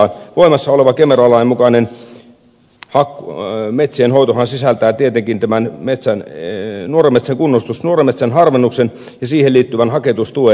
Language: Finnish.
voimassa oleva kemera lain mukainen metsien hoitohan sisältää tietenkin tämän nuoren metsän harvennuksen ja siihen liittyvän haketustuen